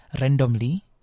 randomly